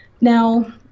now